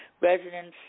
residents